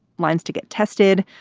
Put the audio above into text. lines to get tested,